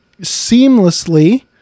seamlessly